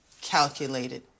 calculated